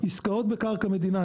עסקאות בקרקע מדינה,